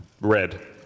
Red